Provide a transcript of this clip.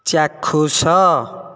ଚାକ୍ଷୁସ